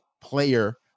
player